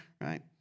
right